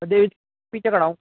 पीछे खड़ा हूँ